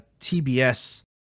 TBS